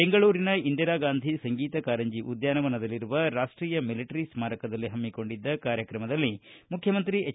ಬೆಂಗಳೂರಿನ ಇಂದಿರಾಗಾಂಧಿ ಸಂಗೀತ ಕಾರಂಜಿ ಉದ್ದಾನವನದಲ್ಲಿರುವ ರಾಷ್ಷೀಯ ಮಿಲಿಟರಿ ಸ್ನಾರಕದಲ್ಲಿ ಹಮ್ಸಿಕೊಂಡಿದ್ದ ಕಾರ್ಯಕ್ರಮದಲ್ಲಿ ಮುಖ್ಯಮಂತ್ರಿ ಎಚ್